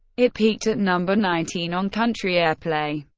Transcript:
it peaked at number nineteen on country airplay.